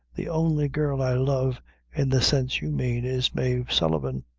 the only girl i love in the sense you mane, is mave sullivan.